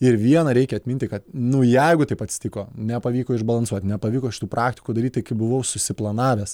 ir vieną reikia atminti kad nu jeigu taip atsitiko nepavyko išbalansuot nepavyko šitų praktikų daryt taip kaip buvau susiplanavęs